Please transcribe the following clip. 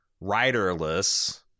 riderless